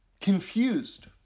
confused